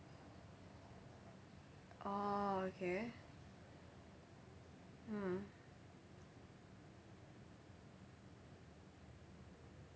orh okay mm